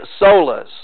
solas